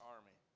Army